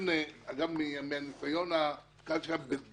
מהניסיון הקל שהיה לי,